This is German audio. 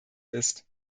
ist